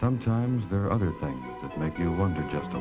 sometimes there are other things that make you wonder just